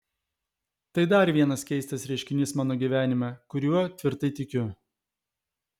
tai dar vienas keistas reiškinys mano gyvenime kuriuo tvirtai tikiu